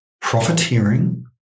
profiteering